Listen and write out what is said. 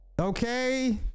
Okay